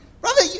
Brother